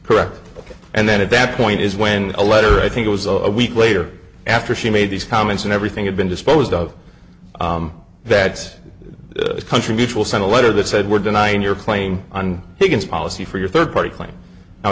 correct ok and then at that point is when a letter i think it was a week later after she made these comments and everything had been disposed of that country mutual sent a letter that said we're denying your claim on higgens policy for your third party